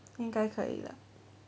因该可以了